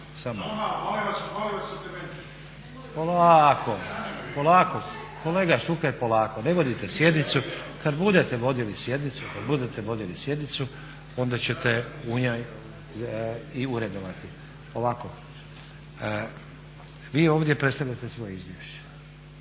Polako, polako. Kolega Šuker polako, ne vodite sjednicu. Kad budete vodili sjednicu onda ćete u njoj i uredovati. Ovako. Vi ovdje predstavljate svoje izvješće